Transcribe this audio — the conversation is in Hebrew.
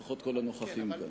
לפחות כל הנוכחים כאן.